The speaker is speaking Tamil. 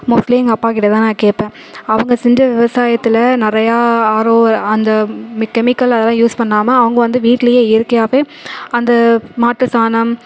மோஸ்ட்லி எங்கள் அப்பாகிட்ட தான் நான் கேட்பேன் அவங்க செஞ்ச விவசாயத்தில் நிறையா ஆரோ அந்த கெமிக்கல் அதெல்லாம் யூஸ் பண்ணாமல் அவங்க வந்து வீட்லேயே இயற்கையாக அந்த மாட்டு சாணம்